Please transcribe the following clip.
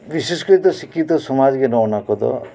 ᱵᱤᱥᱮᱥ ᱠᱟᱭᱛᱮ ᱥᱤᱠᱠᱷᱤᱛᱚ ᱥᱚᱢᱟᱡᱽ ᱜᱮ ᱱᱚᱜᱼᱱᱟᱠᱚᱫᱚ